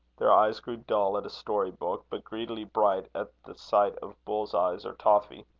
their eyes grew dull at a story-book, but greedily bright at the sight of bull's eyes or toffee.